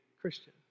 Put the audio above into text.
Christian